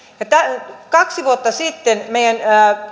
että kun kaksi vuotta sitten meidän